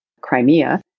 Crimea